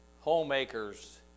homemakers